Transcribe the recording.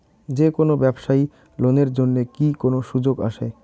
যে কোনো ব্যবসায়ী লোন এর জন্যে কি কোনো সুযোগ আসে?